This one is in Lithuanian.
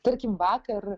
tarkim vakar